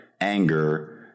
anger